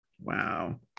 wow